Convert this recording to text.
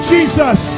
Jesus